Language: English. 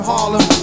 Harlem